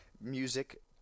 music